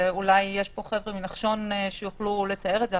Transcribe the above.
ואולי יש פה חבר'ה מנחשון שיכולו לתאר את זה,